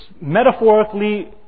metaphorically